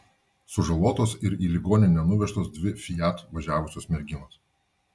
sužalotos ir į ligoninę nuvežtos dvi fiat važiavusios merginos